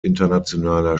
internationaler